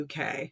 UK